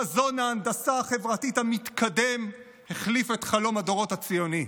חזון ההנדסה החברתית המתקדם החליף את חלום הדורות הציוני.